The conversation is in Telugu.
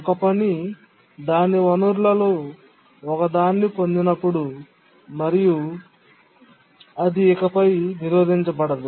ఒక పని దాని వనరులలో ఒకదాన్ని పొందినప్పుడు మరియు అది ఇకపై నిరోధించబడదు